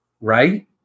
right